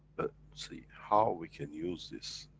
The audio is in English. see how we can use this?